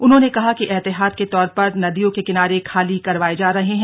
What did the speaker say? उन्होंने कहा कि एहतियात के तौर पर नदियों के किनारे खाली करवाये जा रहे हैं